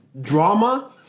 drama